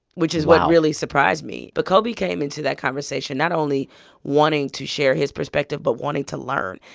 which is what really surprised me. but kobe came into that conversation not only wanting to share his perspective but wanting to learn.